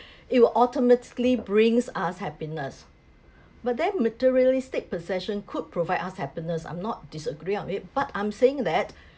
it will automatically bring us happiness but then materialistic possessions could provide us happiness I'm not disagreeing on it but I'm saying that